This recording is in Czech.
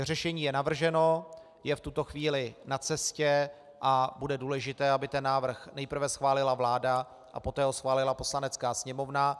Řešení je navrženo, je v tuto chvíli na cestě, a bude důležité, aby ten návrh nejprve schválila vláda, a poté ho schválila Poslanecká sněmovna.